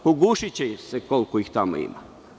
Pogušiće se koliko ih tamo ima.